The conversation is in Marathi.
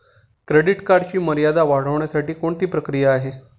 क्रेडिट कार्डची मर्यादा वाढवण्यासाठी कोणती प्रक्रिया आहे?